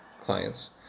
clients